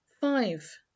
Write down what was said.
Five